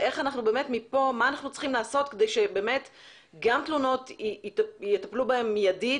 ומה אנחנו צריכים לעשות מפה כדי שגם התלונות תטופלנה באופן מיידי,